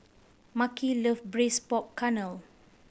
Mahki love Braised Pork Knuckle